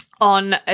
on